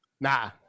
Nah